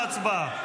לא להפריע בהצבעה,